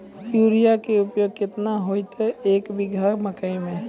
Urea के उपयोग केतना होइतै, एक बीघा मकई मे?